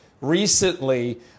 recently